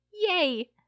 Yay